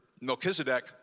Melchizedek